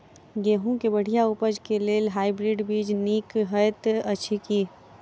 गेंहूँ केँ बढ़िया उपज केँ लेल हाइब्रिड बीज नीक हएत अछि की?